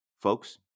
folks